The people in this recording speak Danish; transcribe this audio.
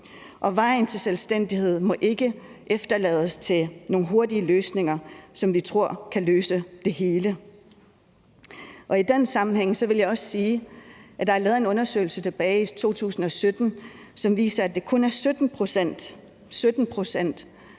vejen til selvstændighed må ikke overlades til nogle hurtige løsninger, som vi tror kan løse det hele. I den sammenhæng vil jeg også sige, at der er lavet en undersøgelse tilbage i 2017, som viser, at det kun er 11 pct.,